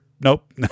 nope